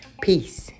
Peace